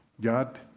God